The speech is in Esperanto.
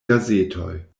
gazetoj